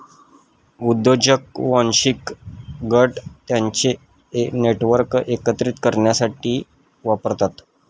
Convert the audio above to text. उद्योजक वांशिक गट त्यांचे नेटवर्क एकत्रित करण्यासाठी वापरतात